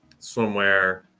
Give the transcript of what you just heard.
swimwear